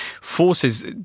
forces